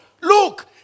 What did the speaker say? look